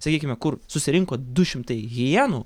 sakykime kur susirinko du šimtai hienų